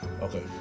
Okay